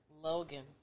Logan